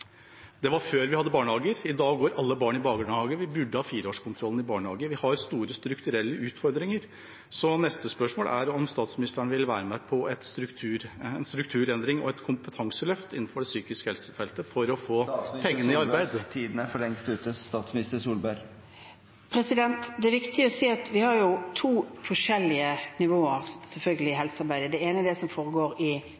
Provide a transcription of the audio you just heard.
Det var før vi hadde barnehager. I dag går alle barn i barnehage, og vi burde hatt fireårskontrollen i barnehagen. Vi har store strukturelle utfordringer. Neste spørsmål er om statsministeren vil være med på en strukturendring og et kompetanseløft innenfor psykisk helse-feltet for å få pengene i arbeid. Tiden er for lengst ute. Det er viktig å si at vi har selvfølgelig to forskjellige nivåer i helsearbeidet. Det ene er det som foregår i